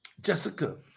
Jessica